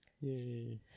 Yay